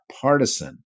partisan